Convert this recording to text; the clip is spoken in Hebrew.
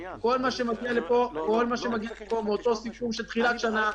כל מה שמגיע לפה מאותו סיכום של תחילת השנה,